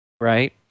Right